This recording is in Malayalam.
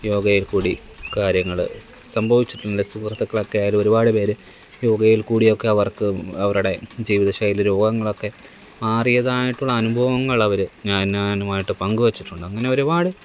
യോഗയില് കൂടി കാര്യങ്ങൾ സംഭവിച്ചിട്ടുണ്ട് സുഹൃത്തുക്കളൊക്കെ ആയാലും ഒരുപാട് പേർ യോഗയില് കൂടിയൊക്കെ അവര്ക്ക് അവരുടെ ജീവിതശൈലി രോഗങ്ങളൊക്കെ മാറിയതായിട്ടുള്ള അനുഭവങ്ങൾ അവർ ഞാനുമായിട്ട് പങ്കു വച്ചിട്ടുണ്ട് അങ്ങനെ ഒരുപാട്